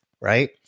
right